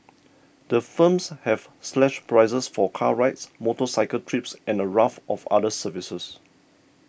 the firms have slashed prices for car rides motorcycle trips and a raft of other services